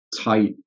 tight